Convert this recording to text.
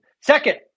Second